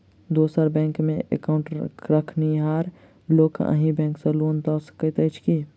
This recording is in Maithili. दोसर बैंकमे एकाउन्ट रखनिहार लोक अहि बैंक सँ लोन लऽ सकैत अछि की?